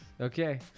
Okay